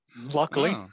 Luckily